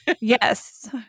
Yes